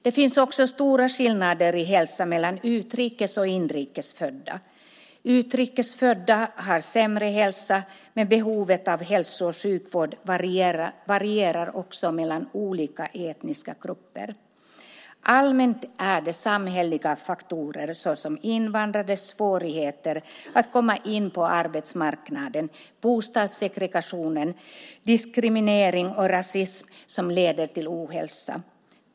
Det finns också stora skillnader i hälsa mellan utrikesfödda och inrikesfödda. Utrikesfödda har sämre hälsa, men behovet av hälso och sjukvård varierar också mellan olika etniska grupper. Allmänt är det samhälleliga faktorer, såsom invandrades svårigheter att komma in på arbetsmarknaden, bostadssegregation, diskriminering och rasism som leder till ohälsa.